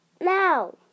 now